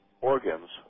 organs